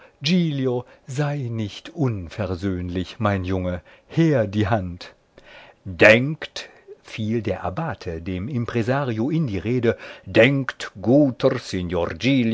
sei nicht unversöhnlich mein junge her die hand denkt fiel der abbate dem impresario in die rede denkt guter